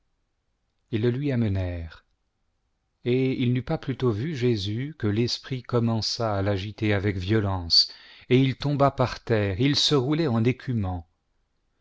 le lui amenèrent et il n'eut pas plutôt tu jésus que l'esprit commença à l'agiter avec violence et il tomba par terre où il se roulait en écumant